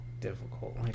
difficult